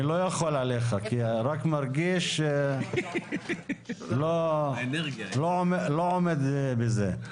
אני לא יכול עליך, כי רק מרגיש, לא עומד בזה.